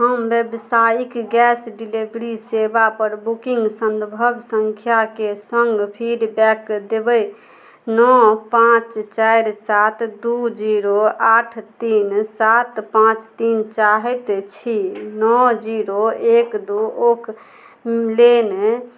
हम बेवसाइक gas delivery सेवापर बुकिन्ग सन्दर्भ सँख्याके सङ्ग फीडबैक नओ पाँच चारि सात दुइ जीरो आठ तीन सात पाँच तीनपर देबै चाहै छी नओ जीरो एक दुइ ओकलेन